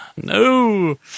No